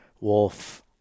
wolf